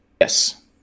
Yes